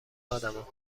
آدما